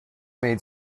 made